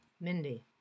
mindy